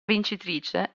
vincitrice